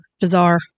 Bizarre